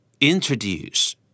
Introduce